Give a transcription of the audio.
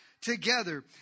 together